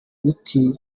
miti